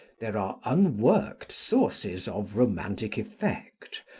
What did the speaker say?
there are unworked sources of romantic effect,